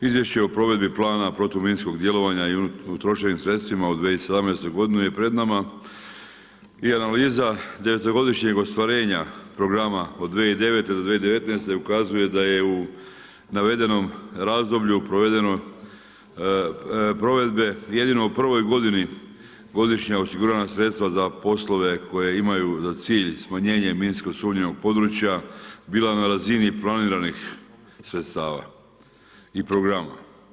Izvješće o provedbi plana protuminskog djelovanja i utrošenim sredstvima u 2017. godini je pred nama i analiza devetogodišnjeg ostvarenja programa od 2009. do 2019. ukazuje da je u navedenom razdoblju provedbe jedino u prvoj godini godišnja osigurana sredstva za poslove koje imaju za cilj smanjenje minskog sumnjivog područja bila na razini planiranih sredstava i programa.